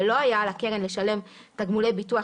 ולא היה על הקרן לשלם תגמולי ביטוח